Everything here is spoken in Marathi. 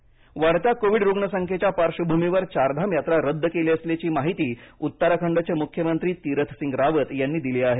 चारधाम वाढत्या कोविड रुग्णसंख्येच्या पार्श्वभूमीवर चारधाम यात्रा रद्द केली असल्याची माहिती उत्तराखंडचे मुख्यमंत्री तीरथसिंग रावत यांनी दिली आहे